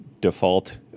default